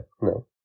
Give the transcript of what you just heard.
no